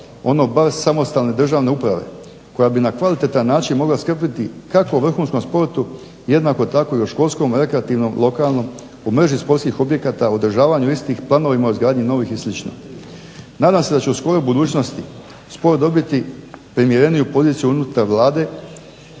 ono bar samostalne državne uprave koja bi na kvalitetan način mogla skrbiti kako o vrhunskom sportu jednako tako o školskom rekreativnom lokalnom po mreži sportskih objekata održavanju istih, planovima o izgradnji novih i slično. Nadam se da će u skoroj budućnost sport dobiti primjereniju poziciju unutar Vlade,